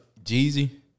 Jeezy